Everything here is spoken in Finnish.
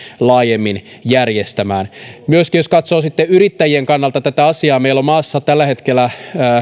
laajemmin järjestämään myöskin jos katsoo yrittäjien kannalta tätä asiaa meillä on maassamme tällä hetkellä